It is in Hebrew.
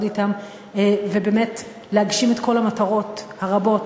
אתם ובאמת להגשים את כל המטרות הרבות,